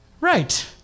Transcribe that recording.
right